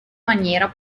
maniera